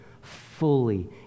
fully